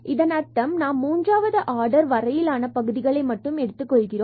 இதன் அர்த்தம் நாம் மூன்றாவது ஆர்டர் வரையிலான பகுதிகளை மட்டும் எடுத்துக்கொள்கிறோம்